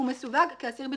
הוא מסווג כאסיר ביטחוני.